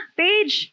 page